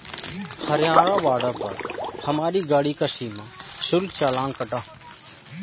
Haryana border पर हमारी गाड़ी का सीमा शुल्क चालान कटा